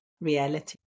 reality